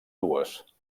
dues